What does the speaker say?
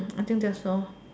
I think that's all